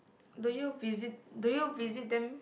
do you visit do you visit them